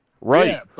Right